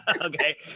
Okay